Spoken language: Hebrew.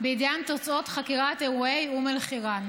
בעניין תוצאות חקירת אירועי אום אל-חיראן.